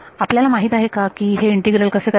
आपल्याला माहित आहे का की हे इंटीग्रल कसे करायचे